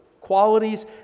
qualities